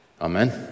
Amen